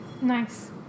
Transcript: Nice